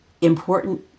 important